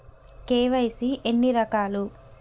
KYC ఎన్ని రకాలు?